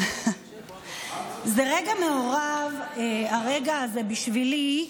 זה רגע מעורב, הרגע הזה, בשבילי,